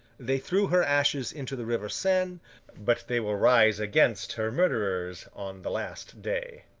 they threw her ashes into the river seine but they will rise against her murderers on the last day.